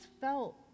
felt